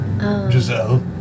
Giselle